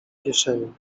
kieszeni